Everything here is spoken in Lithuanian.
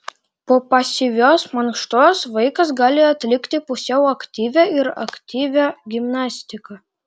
po pasyvios mankštos vaikas gali atlikti pusiau aktyvią ir aktyvią gimnastiką